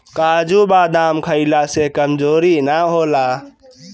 काजू बदाम खइला से कमज़ोरी ना होला